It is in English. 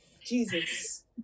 Jesus